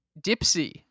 Dipsy